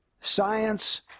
science